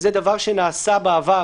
זה דבר שנעשה בעבר,